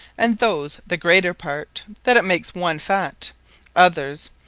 and those the greater part, that it makes one fat others,